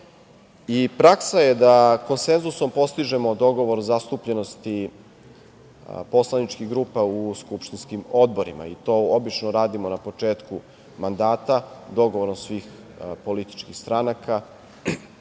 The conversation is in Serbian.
Praksa je da konsenzusom postižemo dogovor zastupljenosti poslaničkih grupa u skupštinskim odborima i to obično radimo na početku mandata, dogovorom svih političkih stranaka,